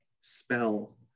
spell